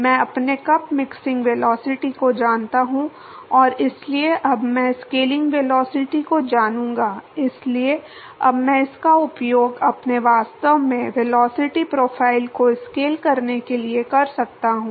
मैं अपने cup mixing velocity को जानता हूं और इसलिए अब मैं स्केलिंग वेलोसिटी को जानूंगा इसलिए अब मैं इसका उपयोग अपने वास्तव में वेलोसिटी प्रोफाइल को स्केल करने के लिए कर सकता हूं